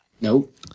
Nope